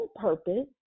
purpose